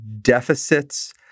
deficits